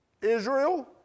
Israel